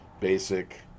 basic